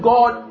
God